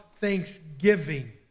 thanksgiving